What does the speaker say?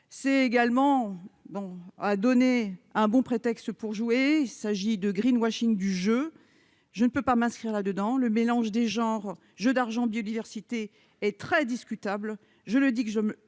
c'est également bon à donner un bon prétexte pour jouer, il s'agit de Green washing du jeu, je ne peux pas m'inscrire là-dedans, le mélange des genres, jeux d'argent biodiversité est très discutable, je le dis, que je me